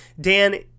Dan